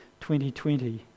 2020